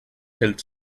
health